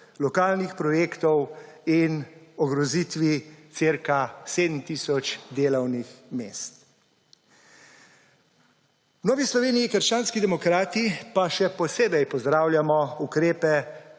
lokalnih projektov in ogrozitvi ca 7 tisoč delavnih mest. V Novi Sloveniji – krščanski demokrati pa še posebej pozdravljamo ukrepe